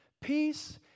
Peace